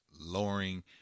lowering